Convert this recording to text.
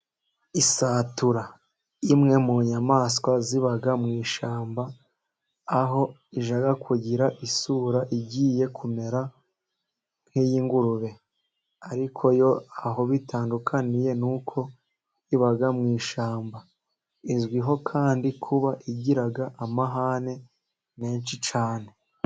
Isatura n'imwe mu nyamaswa ziba mu ishyamba, aho ijya kugira isura igiye kumera nkiyi ngurube, ariko yo aho bitandukaniye nuko iba mu ishyamba, izwiho kandi kuba igiga amahane menshi cyane.